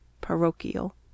parochial